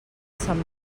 sant